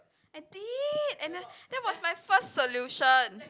I did and then that was my first solution